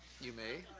you may.